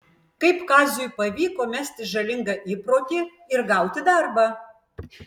kaip kaziui pavyko mesti žalingą įprotį ir gauti darbą